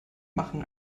machen